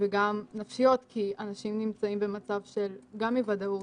וגם נפשיות, כי אנשים נמצאים במצב גם של אי ודאות.